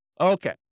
Okay